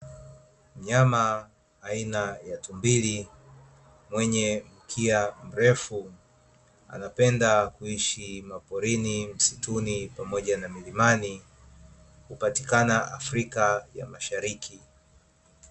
Mnyama aina ya Tumbili, mwenye mkia mrefu anapenda kuishi maporini, msituni, pamoja na mlimani. Hupatikana Afrika ya Mashariki.